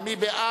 להצביע, מי בעד?